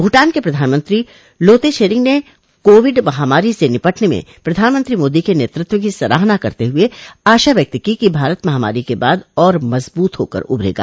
भूटान के प्रधानमंत्री लोते छेरिंग ने कोविड महामारी से निपटने में प्रधानमंत्री मोदी के नेतृत्व की सराहना करते हुए आशा व्यक्त की कि भारत महामारी के बाद और मजबूत होकर उभरेगा